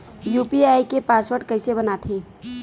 UPI के password कइसे बनाथे?